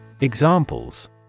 Examples